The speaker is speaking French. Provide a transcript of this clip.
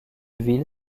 ville